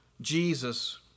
Jesus